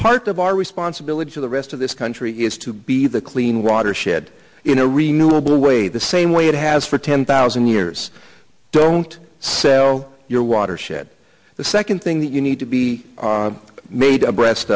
part of our responsibility for the rest of this country is to be the clean watershed in a renewable way the same way it has for ten thousand years don't sell your watershed the second thing that you need to be made abreast